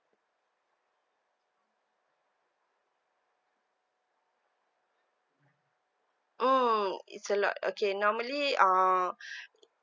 mm it's a lot okay normally uh